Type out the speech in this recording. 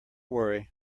worry